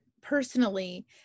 personally